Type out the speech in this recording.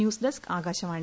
news desk Akashvani